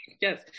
Yes